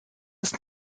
ist